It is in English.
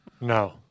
No